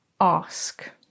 ask